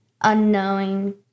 unknowing